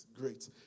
great